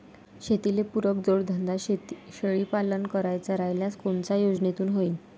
शेतीले पुरक जोडधंदा शेळीपालन करायचा राह्यल्यास कोनच्या योजनेतून होईन?